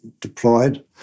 deployed